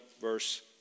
verse